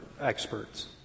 experts